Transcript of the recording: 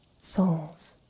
souls